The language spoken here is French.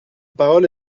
parole